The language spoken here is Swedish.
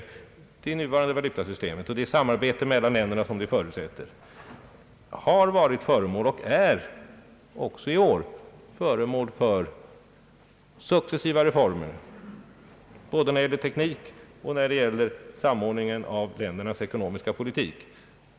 Det nuvarande valutasystemet och det samarbete mellan länderna som det förutsätter har varit och är också i år föremål för successiva reformer både när det gäller teknik och när det gäller samordningen av ländernas ekonomiska politik.